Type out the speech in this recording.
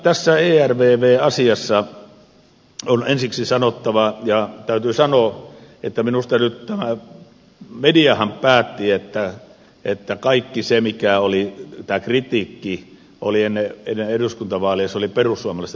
tässä ervv asiassa on ensiksi sanottava että mediahan päätti että kaikki se kritiikki mikä oli ennen eduskuntavaaleja oli perussuomalaisten kritiikkiä